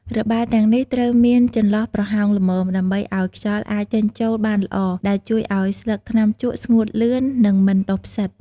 របារទាំងនេះត្រូវមានចន្លោះប្រហោងល្មម ដើម្បីអោយខ្យល់អាចចេញចូលបានល្អ ដែលជួយអោយស្លឹកថ្នាំជក់ស្ងួតលឿន និងមិនដុះផ្សិត។